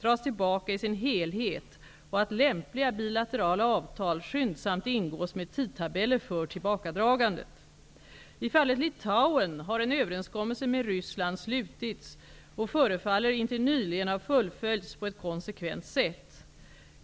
dras tillaka i sin helhet och att lämpliga bilaterala avtal skyndsamt ingås med tidtabeller för tillbakadragandet. I fallet Litauen har en överenskommelse med Ryssland slutits och förefaller intill nyligen ha fullföljts på ett konsekvent sätt.